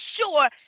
sure